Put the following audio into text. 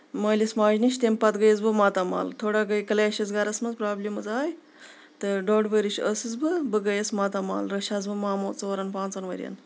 مٲلِس ماجہِ نِش تَمہِ پَتہٕ گٔیَس بہٕ ماتامال تھوڑا گٔیے کٕلیشز گرَس منٛز پرابِلمز آیہ تہٕ ڈوٚڈ ؤرِش ٲسٕس بہٕ تہٕ بہٕ گٔیس ماتامال رٔچھہِ ہس بہٕ مامو ژوٚرن پانٛژن ؤرۍ ین